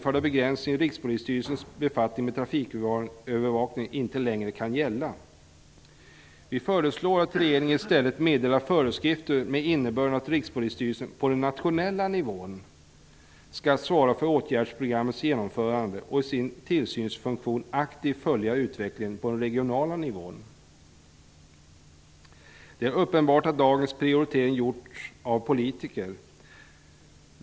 Rikspolisstyrelsens befattning med trafikövervakningen inte längre kan gälla. Vi föreslår att regeringen i stället meddelar föreskrifter med innebörden att Rikspolisstyrelsen på den nationella nivån skall svara för åtgärdsprogrammets genomförande och i sin tillsynsfunktion aktivt följa utvecklingen på den regionala nivån. Det är uppenbart att dagens prioritering gjorts av politiker.